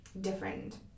different